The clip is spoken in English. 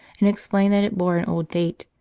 and explain that it bore an old date,